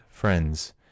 FRIENDS